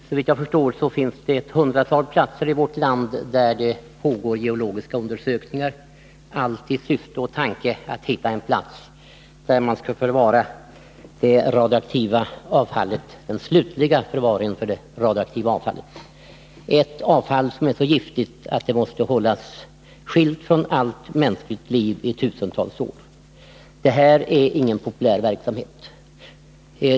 Såvitt jag förstår finns det ett hundratal platser i vårt land där det pågår geologiska undersökningar i syfte att hitta en plats för den slutliga förvaringen av det radioaktiva avfallet — ett avfall som är så giftigt att det måste hållas skilt från allt mänskligt liv i tusentals år. Detta är ingen populär verksamhet.